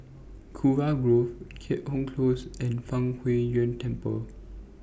Kurau Grove Keat Hong Close and Fang Huo Yuan Temple